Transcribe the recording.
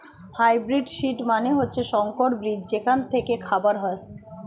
hybrid seed মানে হচ্ছে সংকর বীজ যেখান থেকে খাবার হয়